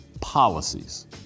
policies